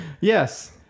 Yes